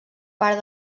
part